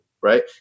right